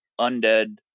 Undead